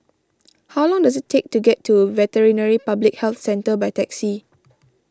how long does it take to get to Veterinary Public Health Centre by taxi